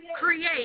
create